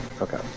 Okay